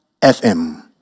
FM